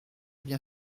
bien